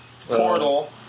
Portal